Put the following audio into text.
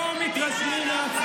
מי אתה?